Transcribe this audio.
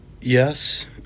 Yes